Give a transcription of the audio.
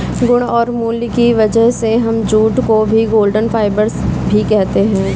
गुण और मूल्य की वजह से हम जूट को गोल्डन फाइबर भी कहते है